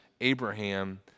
Abraham